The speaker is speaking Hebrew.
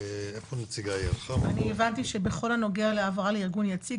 אני הבנתי שבכל הנוגע להעברה לארגון יציג,